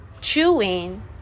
chewing